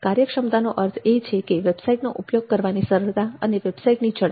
કાર્યક્ષમતાનો અર્થ એ છે કે વેબસાઇટનો ઉપયોગ કરવાની સરળતા અને વેબસાઈટની ઝડપ